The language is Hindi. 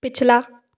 पिछला